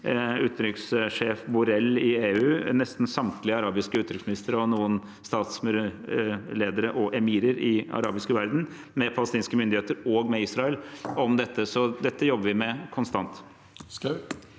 utenrikssjef Borrell i EU, nesten samtlige arabiske utenriksministre og noen statsledere og emirer i den arabiske verden, med palestinske myndigheter og med Israel om dette. Så dette jobber vi med konstant.